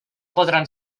podran